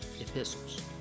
epistles